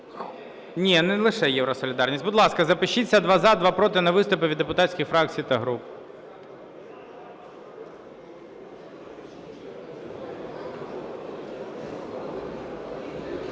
Ні, не лише "Євросолідарність". Будь ласка, запишіться: два – за, два – проти, на виступи від депутатських фракцій та груп.